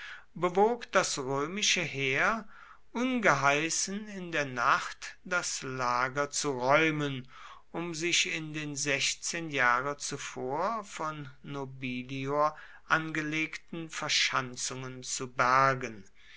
bewog das römische heer ungeheißen in der nacht das lager zu räumen um sich in den sechzehn jahre zuvor von nobilior angelegten verschanzungen zu bergen